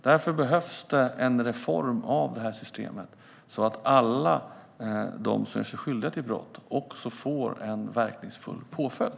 Därför behövs det en reform av systemet, så att alla som gör sig skyldiga till brott får en verkningsfull påföljd.